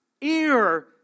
Ear